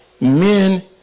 men